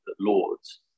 Lord's